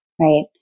right